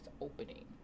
opening